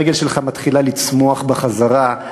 הרגל שלך מתחילה לצמוח בחזרה,